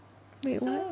wait what